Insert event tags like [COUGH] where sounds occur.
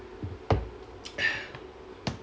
[NOISE]